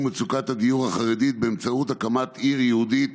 מצוקת הדיור החרדית באמצעות הקמת עיר ייעודית